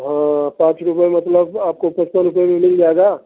हाँ पाँच रुपये मतलब आपको पचपन रुपये में मिल जाएगा